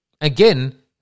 Again